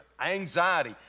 anxiety